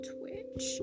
Twitch